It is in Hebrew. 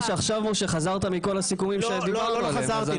שעכשיו משה חזרת מכל הסיכומים שדיברנו עליהם,